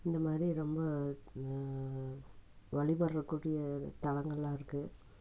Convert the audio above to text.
இந்தமாதிரி ரொம்ப வழிபடுறக் கூடிய தலங்களாக இருக்கு